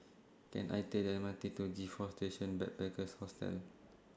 Can I Take The M R T to G four Station Backpackers Hostel